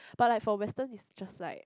but like for Western is just like